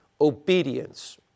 obedience